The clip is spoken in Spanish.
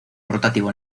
rotativo